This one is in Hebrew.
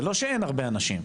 זה לא שאין הרבה אנשים.